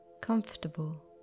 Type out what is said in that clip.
comfortable